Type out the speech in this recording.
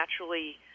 naturally